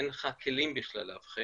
אין לך כלים בכלל לאבחן.